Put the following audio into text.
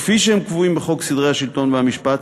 כפי שהם קבועים בחוק סדרי השלטון והמשפט,